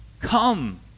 Come